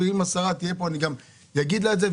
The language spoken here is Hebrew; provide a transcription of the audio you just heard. ואם השרה תהיה פה אני גם אגיד לה את זה,